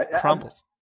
crumbles